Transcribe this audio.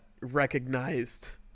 Recognized